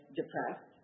depressed